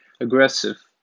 aggressive